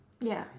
ya